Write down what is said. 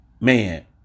man